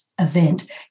event